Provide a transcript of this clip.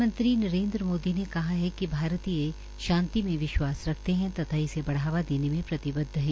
प्रधानमंत्री नरेन्द्र मोदी ने कहा है कि भारतीय शांति में विश्वास रखते है तथा इसे बढ़ावा देने में प्रतिबद्ध है